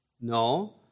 No